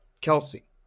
kelsey